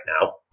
now